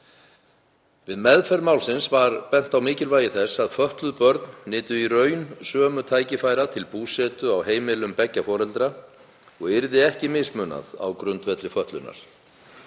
Við meðferð málsins var bent á mikilvægi þess að fötluð börn nytu í raun sömu tækifæra til búsetu á heimilum beggja foreldra og yrði ekki mismunað á grundvelli fötlunar.